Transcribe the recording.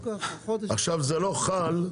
שיהיה ברור,